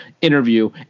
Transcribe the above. interview